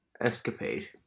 Escapade